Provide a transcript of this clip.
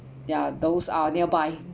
yeah those are nearby